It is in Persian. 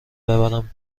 ببرم